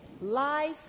Life